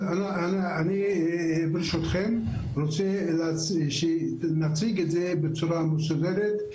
אני רוצה שנציג את זה בצורה מסודרת.